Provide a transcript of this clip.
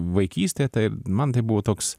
vaikystė tai man tai buvo toks